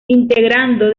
integrando